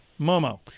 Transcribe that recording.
Momo